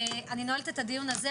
תודה רבה,